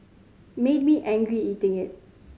made me angry eating it